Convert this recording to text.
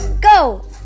Go